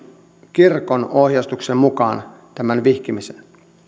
kirkon ohjeistuksen mukaan tämän vihkimisen